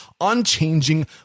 unchanging